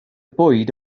bwyd